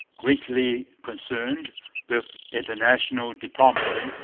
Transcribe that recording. greatly concerned with international diplomacy,